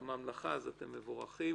הממלכה ולכן אתם מבורכים.